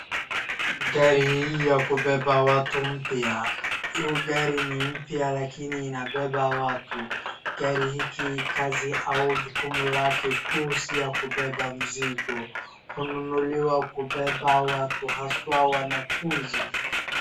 Gari hii ya kubeba watu, mpya. Hio gari ni mpya lakini inabeba watu. Gari hiki, kazi au jukumu lake kuu si ya kubeba mzigo. Hununuliwa kubeba watu, haswa wanafunzi.